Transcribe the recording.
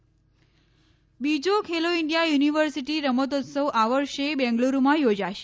ખેલો India બીજો Khelo India university રમતોત્સવ આ વર્ષે બેંગલુરુમાં યોજાશે